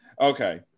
Okay